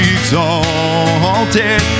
exalted